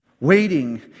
Waiting